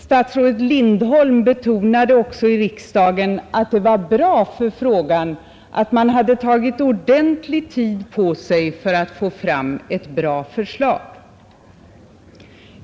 Statsrådet Lindholm betonade också i riksdagen att det var bra för frågan att man tagit ordentlig tid på sig för att få fram ett bra förslag.